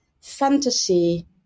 fantasy